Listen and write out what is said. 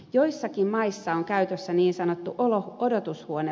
joissakin maissa on käytössä niin sanottu odotushuonelaki